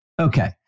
Okay